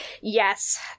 Yes